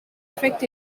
effect